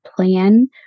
plan